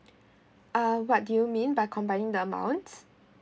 uh what do you mean by combining the amount